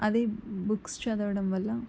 అదె బుక్స్ చదవడం వల్ల